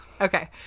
Okay